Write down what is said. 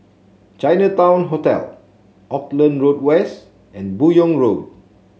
Chinatown Hotel Auckland Road West and Buyong Road